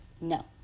no